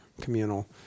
communal